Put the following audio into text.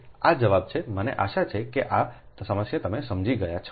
આ જવાબ છે મને આશા છે કે આ સમસ્યા તમે સમજી ગયા છો